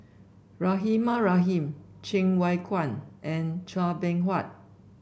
Rahimah Rahim Cheng Wai Keung and Chua Beng Huat